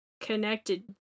connected